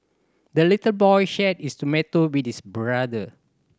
the little boy shared his tomato with his brother